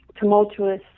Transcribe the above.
tumultuous